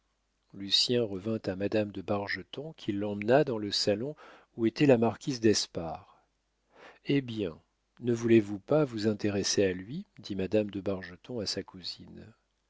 lucien revint à madame de bargeton qui l'emmena dans le salon où était la marquise d'espard eh bien ne voulez-vous pas vous intéresser à lui dit madame de bargeton à sa cousine